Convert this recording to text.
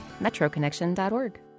metroconnection.org